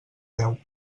veu